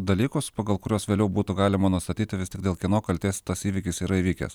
dalykus pagal kuriuos vėliau būtų galima nustatyti vis tik dėl kieno kaltės tas įvykis yra įvykęs